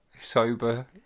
sober